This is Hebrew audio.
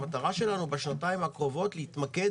המטרה שלנו בשנתיים הקרובות היא להתמקד